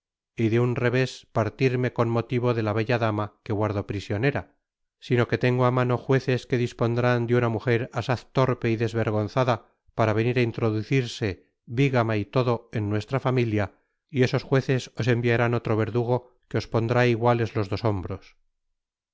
y de un revés partirme con motivo de la bella dama que guardo prisionera sino que tengo á mano jueces que dispondrán de una mujer asaz torpe y desvergonzada para venir á introducirse b gama y todo en nuestra familia y esos jueces os enviarán otro verdugo que os pondrá iguales los dos hombros